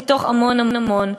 מתוך המון המון.